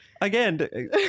Again